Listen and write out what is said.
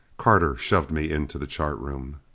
carter shoved me into the chart room.